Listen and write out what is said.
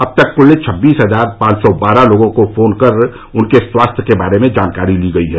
अब तक क्ल छब्बीस हजार पांच सौ बारह लोगों को फोन कर उनके स्वास्थ्य के बारे में जानकारी ली गई है